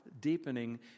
deepening